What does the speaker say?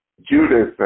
Judas